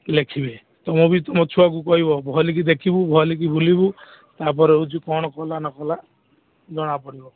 ଲେଖିବେ ତୁମ ବି ତୁମ ଛୁଆକୁ କହିବ ଭଲିକି ଦେଖିବୁ ଭଲିକି ବୁଲିବୁ ତା'ପରେ ହେଉଛୁ କ'ଣ କଲା ନକଲା ଜଣାପଡ଼ିବ